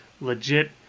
legit